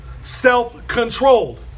self-controlled